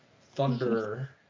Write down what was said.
thunder